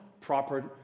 proper